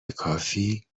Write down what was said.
کافی